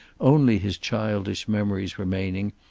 only his childish memories remaining,